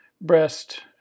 breast